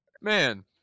Man